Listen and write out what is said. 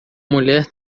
mulher